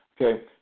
Okay